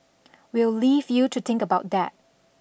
we'll leave you to think about that